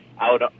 out